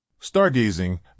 Stargazing